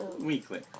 Weekly